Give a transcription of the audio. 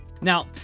Now